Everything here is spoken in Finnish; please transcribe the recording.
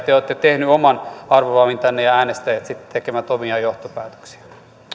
te te olette tehneet oman arvovalintanne ja äänestäjät sitten tekevät omia johtopäätöksiään